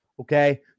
okay